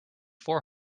four